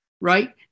right